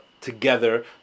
together